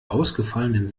ausgefallenen